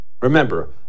Remember